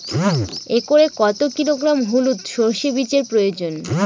একরে কত কিলোগ্রাম হলুদ সরষে বীজের প্রয়োজন?